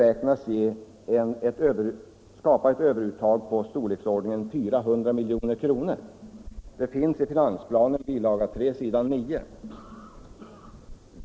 3, s. 9 — att göras ett överuttag av storleksordningen 400 milj.kr.